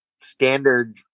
standard